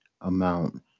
amount